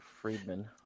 Friedman